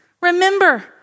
Remember